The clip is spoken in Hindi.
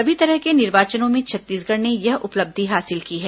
सभी तरह के निर्वाचनों में छत्तीसगढ़ ने यह उपलब्धि हासिल की है